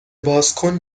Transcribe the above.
بازکن